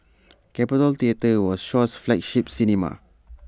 capitol theatre was Shaw's flagship cinema